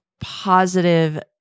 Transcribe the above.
positive